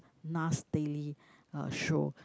Nas Daily uh show